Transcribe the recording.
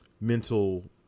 mental